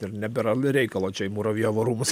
ir nebėra reikalo čia į muravjovo rūmus